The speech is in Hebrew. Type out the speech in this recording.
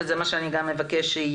זה גם מה שאבקש שיהיה.